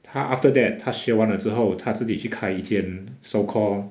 她 after that 她学完了之后她自己去开一间 so called